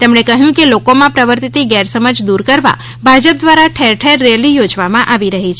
તેમણે કહયુકે લોકોમાં પ્રવર્તતી ગેરસમજ દૂર કરવા ભાજપ દ્વારા ઠેર ઠેર રેલી યોજવામાં આવી રહી છે